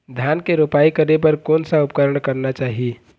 धान के रोपाई करे बर कोन सा उपकरण करना चाही?